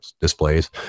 displays